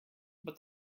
but